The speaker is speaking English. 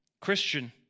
Christian